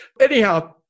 anyhow